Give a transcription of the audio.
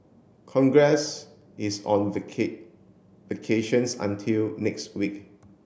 congress is on vacations until next week